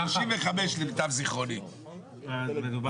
שבעיניי חשוב לשמוע גם אותן, אבל בסדר.